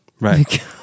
Right